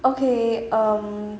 okay um